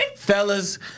Fellas